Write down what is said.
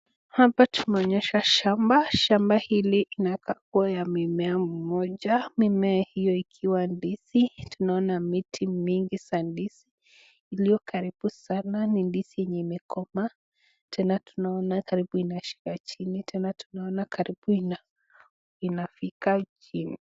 Hapa tumeonyeshwa shamba, shamba hili inawesa kuwa ni ya mimea moja mimea hiyo ikwa ndizi tunaona miti mingi za ndizi iliyo karibu sana ni ndizi goma tena tunaona ni karibu inafika chini.